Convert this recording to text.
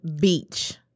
beach